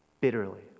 bitterly